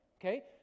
Okay